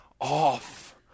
off